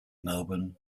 melbourne